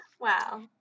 wow